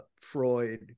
Freud